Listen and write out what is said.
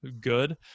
good